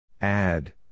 Add